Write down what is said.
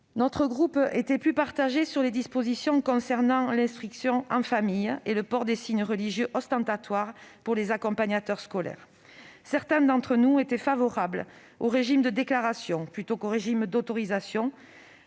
Notre groupe était plus partagé sur les dispositions concernant l'instruction en famille et le port des signes religieux ostentatoires pour les accompagnateurs scolaires. Certains d'entre nous étaient favorables au régime de déclaration plutôt qu'au régime d'autorisation,